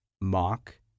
mock